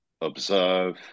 observe